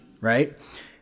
right